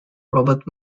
robert